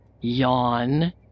Yawn